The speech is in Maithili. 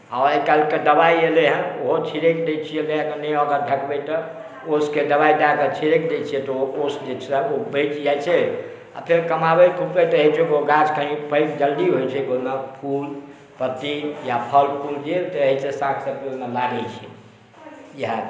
आइकाल्हि तऽ दबाइ ऐलै हेँ ओहो छिरैक दै छियै नहि ओकरा ढकबैतऽ ओसके दबाइ दय कए छिरैक दै छियै तऽ ओ ओस सऽ ओ बचि जाइ छै आ फेर कमाबैत खुरपैत रहै छै तऽ ओ गाछ कने पैघ जल्दी होइ छै ओहिमे फूल पत्ती या फल फूल जे रहै छै से साग सबजी ओहिमे लागय दै इएह